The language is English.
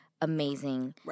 amazing